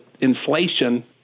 inflation